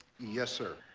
yes, sir.